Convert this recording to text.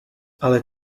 ale